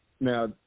Now